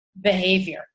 behavior